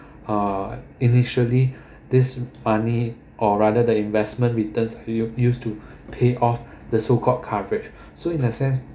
uh initially this money or rather the investment returns you used to pay off the so called coverage so in that sense